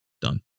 Done